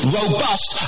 robust